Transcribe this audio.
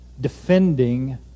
defending